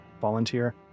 volunteer